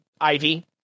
Ivy